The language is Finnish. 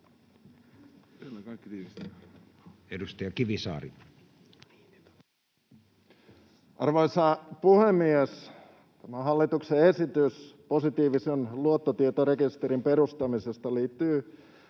Arvoisa puhemies! Tämä hallituksen esitys positiivisen luottotietorekisterin perustamisesta liittyy